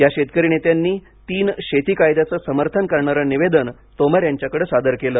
या शेतकरी नेत्यांनी तीन शेती कायद्याचे समर्थन करणारे निवेदन तोमर यांच्याकडे सादर केले